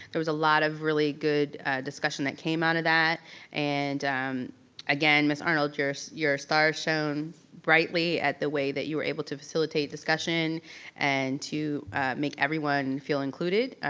there was a lot of really good discussion that came out of that and again, ms. arnold, your so your star shown brightly at the way that you were able to facilitate discussion and to make everyone feel included.